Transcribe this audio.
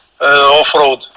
off-road